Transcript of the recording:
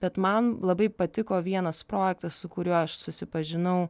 bet man labai patiko vienas projektas su kuriuo aš susipažinau